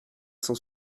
cent